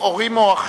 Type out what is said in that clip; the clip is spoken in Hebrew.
הורים או אחים.